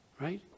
Right